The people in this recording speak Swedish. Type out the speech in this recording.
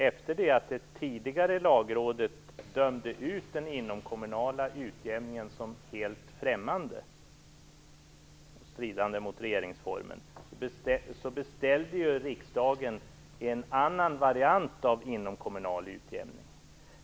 Efter det att det tidigare Lagrådet dömde ut den inomkommunala utjämningen som helt främmande och stridande mot regeringsformen, har riksdagen beställt en annan variant av inomkommunal utjämning.